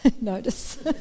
notice